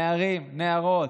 נערים, נערות,